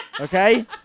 Okay